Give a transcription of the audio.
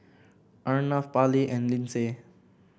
Arnav Parley and Lyndsay